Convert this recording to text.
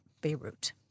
Beirut